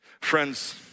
Friends